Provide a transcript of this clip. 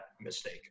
mistake